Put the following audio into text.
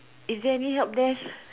is there any help there